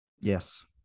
Yes